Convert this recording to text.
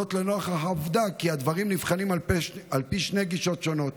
לנוכח העובדה כי הדברים נבחנים על פי שתי גישות שונות.